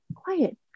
quiet